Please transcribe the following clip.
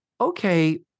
okay